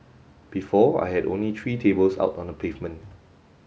before I had only three tables out on the pavement